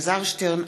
אלעזר שטרן,